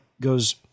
goes